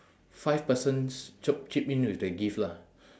five persons chip chip in with the gift lah